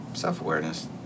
self-awareness